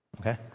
Okay